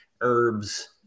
herbs